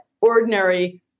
ordinary